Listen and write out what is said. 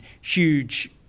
huge